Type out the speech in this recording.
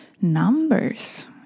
numbers